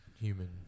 human